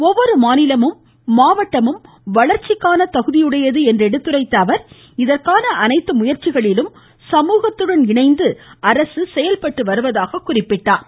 ஒவ்வொரு மாநிலமும் மாவட்டமும் வளர்ச்சிக்கான தகுதியுடையது என்று கூறிய பிரதமர் இதற்கான அனைத்து முயற்சிகளிலும் சமூகத்துடன் இணைந்து அரசு செயல்பட்டு வருவதாகத் தெரிவித்தார்